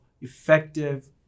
effective